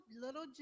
little